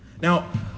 now